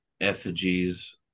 effigies